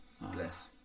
bless